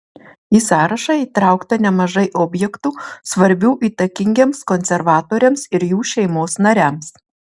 į sąrašą įtraukta nemažai objektų svarbių įtakingiems konservatoriams ir jų šeimos nariams